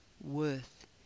worth